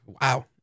Wow